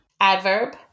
Adverb